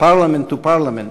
"Parliament to Parliament",